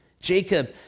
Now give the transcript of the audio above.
Jacob